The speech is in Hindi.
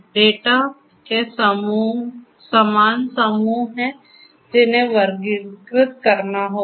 डेटा के समान समूह हैं जिन्हें वर्गीकृत करना होगा